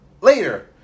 later